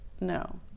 No